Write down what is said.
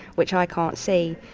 which i can't see,